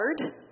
hard